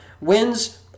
Wins